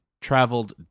traveled